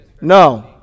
No